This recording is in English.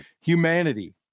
humanity